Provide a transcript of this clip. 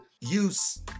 use